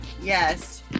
Yes